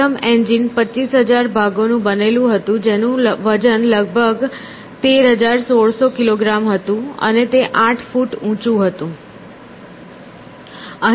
પ્રથમ એન્જિન 25000 ભાગોનું બનેલું હતું જેનું વજન લગભગ 13600 કિલોગ્રામ હતું અને તે 8 ફુટ ઊંચું હતું